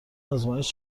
آزمایش